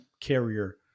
carrier